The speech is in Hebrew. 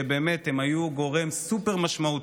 שבאמת הם היו גורם סופר-משמעותי,